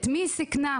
את מי היא סיכנה,